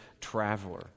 traveler